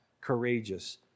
courageous